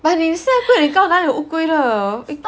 but 你现在 gui lin gou 哪有乌龟的